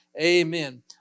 Amen